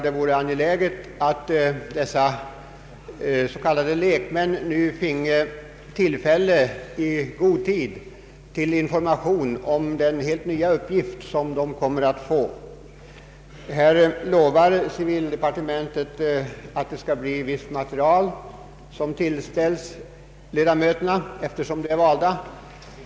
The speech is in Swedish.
Det vore angeläget att de s.k. lekmännen finge tillfälle till information och viss utbildning i god tid om den helt nya uppgift de kommer att få. Här lovar civildepartementet att visst material kommer att tillställas ledamöterna när de är valda.